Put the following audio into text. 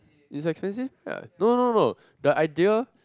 it's expensive right no no no the idea